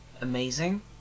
amazing